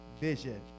vision